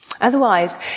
Otherwise